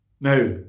now